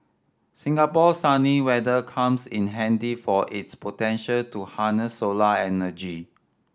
Singapore's sunny weather comes in handy for its potential to harness solar energy